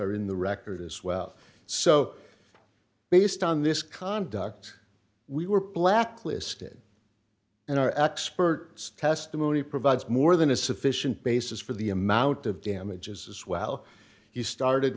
are in the record as well so based on this conduct we were blacklisted and our expert testimony provides more than a sufficient basis for the amount of damages as well he started